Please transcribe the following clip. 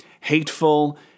hateful